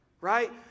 Right